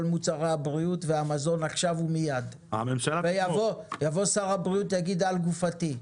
מוצרי הבריאות והמזון עכשיו ומיד ויבוא שר הבריאות ויגיד: על גופתי,